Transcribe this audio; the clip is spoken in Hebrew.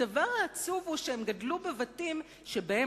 הדבר העצוב הוא שהם גדלו בבתים שבהם